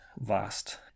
vast